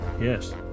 Yes